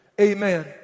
Amen